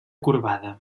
corbada